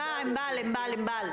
ענבל.